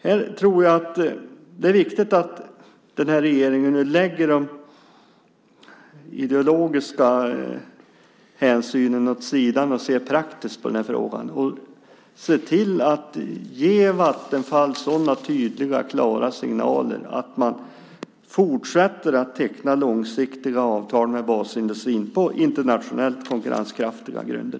Det är därför viktigt att den nuvarande regeringen nu lägger ideologiska hänsyn åt sidan och ser praktiskt på den här frågan. Vattenfall måste få sådana tydliga och klara signaler att man fortsätter att teckna långsiktiga avtal med basindustrin på internationellt konkurrenskraftiga grunder.